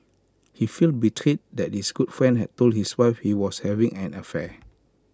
he felt betrayed that his good friend had told his wife he was having an affair